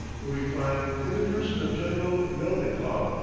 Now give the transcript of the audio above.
where we find, in the person of general melnikoff,